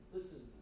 Listen